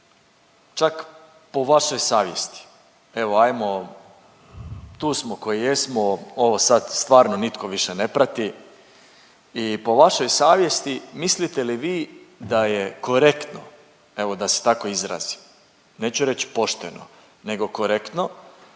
čak po vašoj savjesti, evo ajmo, tu smo koji jesmo, ovo sad stvarno nitko više ne prati i po vašoj savjesti mislite li vi da je korektno, evo da se tako izrazim, neću reć pošteno nego korektno,